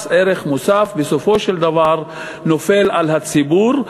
מס ערך מוסף בסופו של דבר נופל על הציבור,